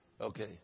Okay